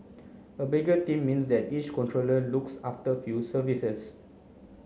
a bigger team means that each controller looks after few services